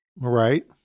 Right